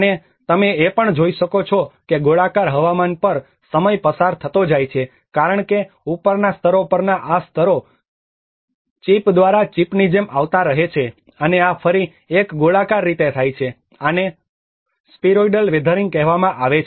અને તમે એ પણ જોઈ શકો છો કે ગોળાકાર હવામાન પર સમય પસાર થતો જાય છે કારણ કે ઉપરના સ્તરો પરના આ સ્તરો ચિપ દ્વારા ચિપની જેમ આવતા રહે છે અને આ ફરી એક ગોળાકાર રીતે થાય છે આને સ્પિરોઇડલ વેધરિંગ કહેવામાં આવે છે